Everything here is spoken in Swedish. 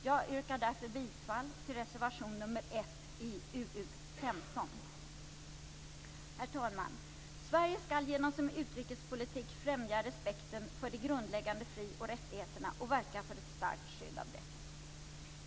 Jag yrkar därför bifall till reservation nr 1 i utrikesutskottets betänkande nr Herr talman! Sverige skall genom sin utrikespolitik främja respekten för de grundläggande fri och rättigheterna och verka för ett starkt skydd av dessa.